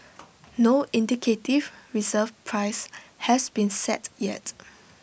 no indicative reserve price has been set yet